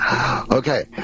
Okay